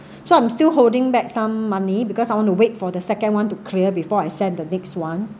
so I'm still holding back some money because I want to wait for the second one to clear before I send the next one